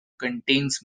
contains